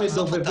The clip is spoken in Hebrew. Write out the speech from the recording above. להסתיר?